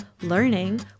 learning